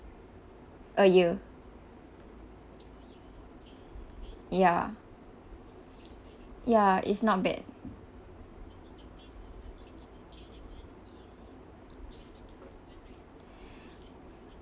a year ya ya it's not bad